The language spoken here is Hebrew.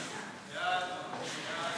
בעד, 59, נגד,